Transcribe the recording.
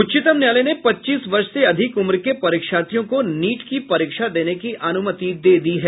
उच्चतम न्यायालय ने पच्चीस वर्ष से अधिक उम्र के परीक्षार्थियों को नीट की परीक्षा देने की अनुमति दे दी है